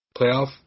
playoff